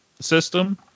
system